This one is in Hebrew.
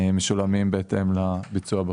הן משולמות בהתאם לביצוע בפועל.